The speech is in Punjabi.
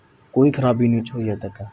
ਕੋਈ ਖਰਾਬੀ ਨਹੀਂ ਉਹ 'ਚ ਹੋਈ ਅੱਜ ਤੱਕ